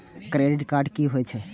Credit card की होय छै?